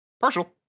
Partial